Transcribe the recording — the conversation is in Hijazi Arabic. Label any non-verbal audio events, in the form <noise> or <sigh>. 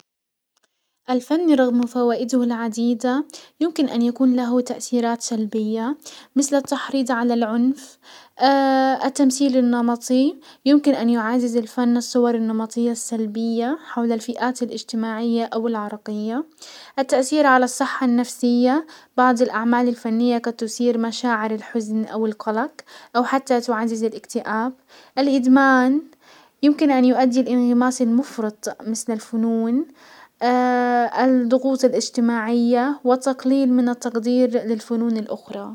الفن رغم فوائده العديدة يمكن ان يكون له تأثيرات سلبية مسل التحريض على العنف، <hesitation> التمسيل النمطي يمكن ان يعزز الفن الصور النمطية السلبية حول الفئات الاجتماعية او العرقية، التأثير على الصحة النفسية بعض الاعمال الفنية قد تثير مشاعر الحزن او القلق او حتى تعزز الاكتئاب، الادمان يمكن ان يؤدي لانغماس مفرط مسل الفنون <hesitation> الضغوط الاجتماعية والتقليل من التقدير للفنون الاخرى.